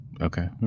Okay